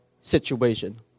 situation